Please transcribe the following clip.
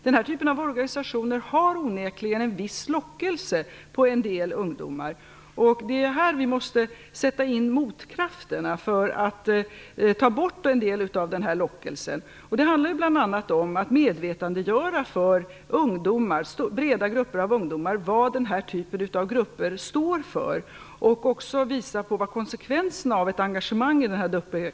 Den här typen av organisationer har onekligen en viss lockelse på en del ungdomar, och vi måste sätta in motkrafter för att ta bort en del av den lockelsen. Det handlar bl.a. om att få ungdomar att bli medvetna om vad den här typen av grupper står för och också visa på konsekvenserna av ett engagemang i dessa grupper.